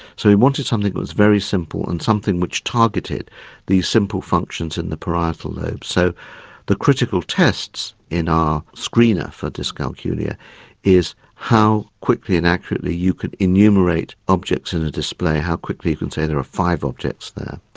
so we wanted something that was very simple and something which targeted these simple functions in the parietal lobe. so the critical tests in our screener for dyscalculia is how quickly and accurately you could innumerate objects in a display, how quickly you could say that are ah five objects there.